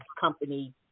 company